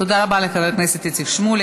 תודה רבה לחבר הכנסת איציק שמולי.